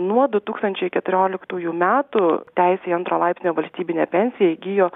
nuo du tūkstančiai keturioliktųjų metų teisę į antro laipsnio valstybinę pensiją įgijo